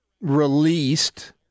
released